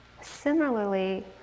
Similarly